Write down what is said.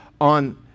on